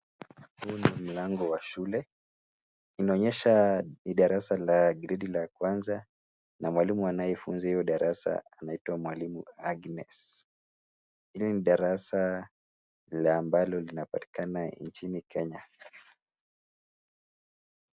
Huu ni mlago wa shule, inaonyesha ni darasa la gredi La kwanza na mwalimu Agnes ,ile ni darasa ambapo linapatikana nchini Kenya